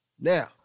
Now